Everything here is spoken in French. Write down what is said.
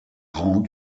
rangs